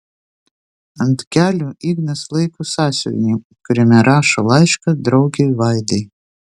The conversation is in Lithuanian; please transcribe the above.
ant kelių ignas laiko sąsiuvinį kuriame rašo laišką draugei vaidai